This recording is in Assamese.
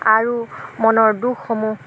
আৰু মনৰ দুখসমূহ